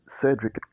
Cedric